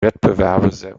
wettbewerbe